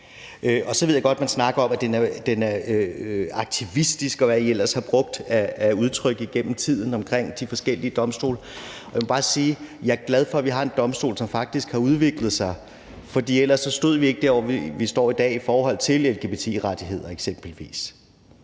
Så ved jeg godt, at man snakker om, at den er aktivistisk, og hvad I ellers har brugt af udtryk igennem tiden omkring de forskellige domstole. Jeg må bare sige, at jeg er glad for, at vi har en domstol, som faktisk har udviklet sig, for ellers stod vi ikke der, hvor vi står i dag i forhold til eksempelvis